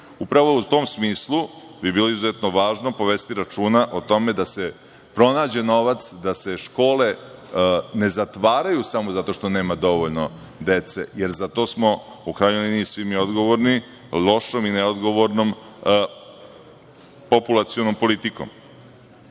u tom smislu bi bilo izuzetno važno povesti računa o tome da se pronađe novac, da se škole ne zatvaraju samo zato što nemaju dovoljno dece, jer za to smo u krajnjoj liniji svi mi odgovorni lošom i neodgovornom populacionom politikom.U